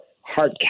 heart